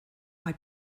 mae